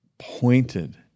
pointed